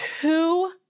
two